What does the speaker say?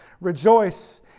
Rejoice